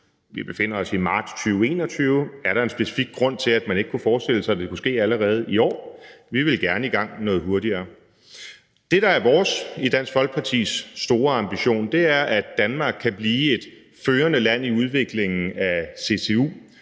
Vi befinder os i marts 2021. Er der en specifik grund til, at man ikke kunne forestille sig, at det kunne ske allerede i år? Vi vil gerne i gang noget hurtigere. Det, der er vores, Dansk Folkepartis, store ambition, er, at Danmark kan blive et førende land i udviklingen af ccu,